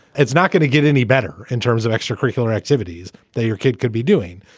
it's not going to get any better in terms of extracurricular activities that your kid could be doing.